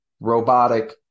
robotic